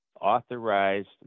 authorized